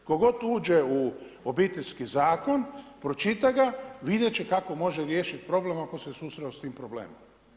Tko god uđe u Obiteljski zakon, pročita ga, vidjet će kako može riješiti problem ako se susreo s tim problemom.